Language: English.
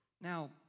Now